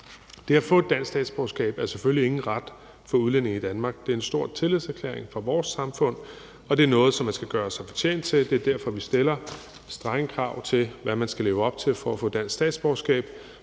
Det at få et dansk statsborgerskab er selvfølgelig ingen ret for udlændinge i Danmark. Det er en stor tillidserklæring fra vores samfund, og det er noget, man skal gøre sig fortjent til. Det er derfor, vi stiller strenge krav til, hvad man skal leve op til for at få dansk statsborgerskab.